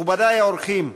מכובדי האורחים,